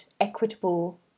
equitable